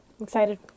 Excited